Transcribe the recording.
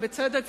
ובצדק,